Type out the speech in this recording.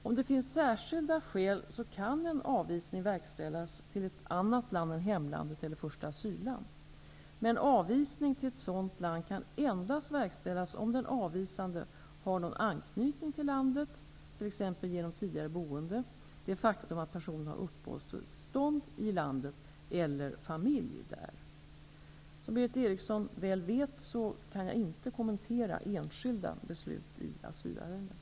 Om det finns särskilda skäl kan en avvisning verkställas till ett annat land än hemlandet eller första asylland. Men avvisning till ett sådant land kan endast verkställas om den avvisade har någon anknytning till landet, t.ex. genom tidigare boende eller det faktum att personen har uppehållstillstånd i landet eller familj där. Som Berith Eriksson väl vet kan jag inte kommentera enskilda beslut i asylärenden.